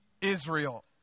Israel